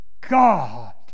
God